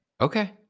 okay